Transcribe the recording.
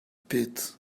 pit